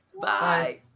Bye